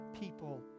people